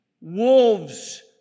Wolves